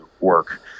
work